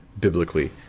biblically